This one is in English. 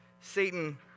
Satan